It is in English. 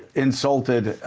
insulted